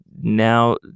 now